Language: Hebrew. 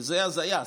כי זו הזיה.